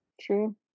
True